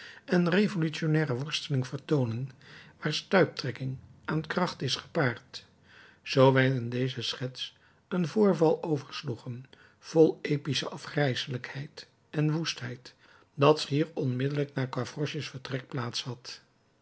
en revolutionnaire worsteling vertoonen waar stuiptrekking aan kracht is gepaard zoo wij in deze schets een voorval oversloegen vol epische afgrijselijkheid en woestheid dat schier onmiddellijk na gavroches vertrek plaats had